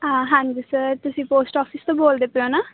ਹਾਂ ਹਾਂਜੀ ਸਰ ਤੁਸੀਂ ਪੋਸਟ ਆਫਿਸ ਤੋਂ ਬੋਲਦੇ ਪਏ ਹੋ ਨਾ